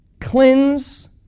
cleanse